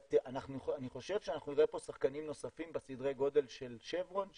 אני חושב שאנחנו נראה פה שחקנים נוספים בסדר הגודל של שברון שיגיעו.